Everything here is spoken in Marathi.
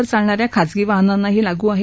वर चालणाऱ्या खाजगी वाहनांनाही लागू आहे